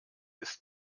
ist